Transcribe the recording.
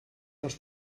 dels